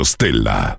Stella